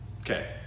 okay